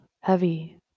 heavy